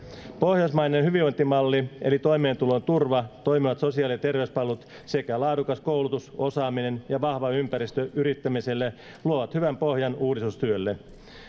pohjoismainen hyvinvointimalli eli toimeentulon turva toimivat sosiaali ja terveyspalvelut sekä laadukas koulutus osaaminen ja vahva ympäristö yrittämiselle luovat hyvän pohjan uudistustyölle